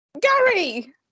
gary